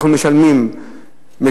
אין ספק שהמע"מ שאנחנו משלמים,